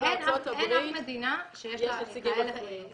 אין אף מדינה שיש לה כאלה --- אפילו בארצות הברית יש נציגים רפואיים.